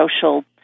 social